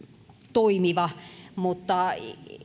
toimiva mutta